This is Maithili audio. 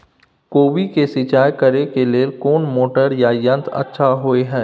कोबी के सिंचाई करे के लेल कोन मोटर या यंत्र अच्छा होय है?